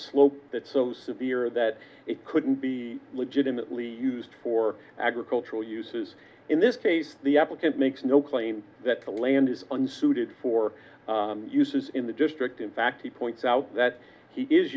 slope that's so severe that it couldn't be legitimately used for agricultural uses in this case the applicant makes no claim that the land is unsuited for uses in the district in fact he points out that he is